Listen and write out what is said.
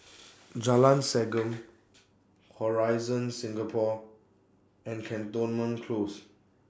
Jalan Segam Horizon Singapore and Cantonment Close